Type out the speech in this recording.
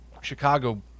Chicago